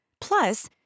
Plus